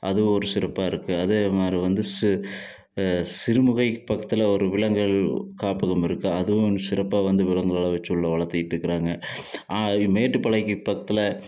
அதுவும் ஒரு சிறப்பாக இருக்கு அதேமாதிரி வந்து சிறு சிறுமுகை பக்கத்தில் ஒரு விலங்குகள் காப்பகம் இருக்கா அதுவும் சிறப்பாக வந்து விளங்குள் எல்லாம் வச்சு உள்ளே வளர்த்திட்டு இருக்குறாங்க மேட்டுபாளையிக்கு பக்கத்தில்